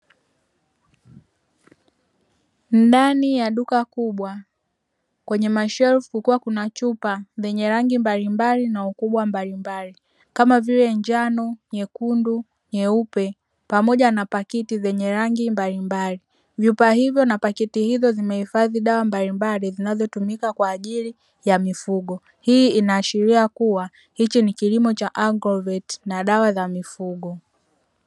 Ndani ya duka kubwa, kwenye mashelfu kukiwa na chupa zenye rangi mbalimbali na ukubwa mbalimbali, kama vile njano, nyekundu, nyeupe, pamoja na pakiti zenye rangi mbalimbali, vyupa hivyo na pakiti hizo zimeifazi dawa mbalimbali zinazotumika kwaajili ya mifugo, hii inaashilia kuwa hichi ni kilimo cha agroveti na dawa za mifugo.